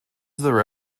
there